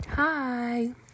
Hi